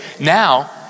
now